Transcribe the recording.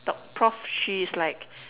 doc Prof Shi is like